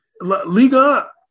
Liga